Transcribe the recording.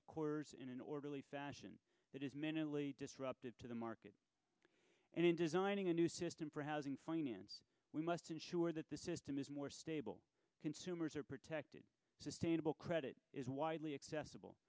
of course in an orderly fashion that is mentally disruptive to the market and in designing a new system for housing finance we must ensure that the system is more stable consumers are protected sustainable credit is widely accessible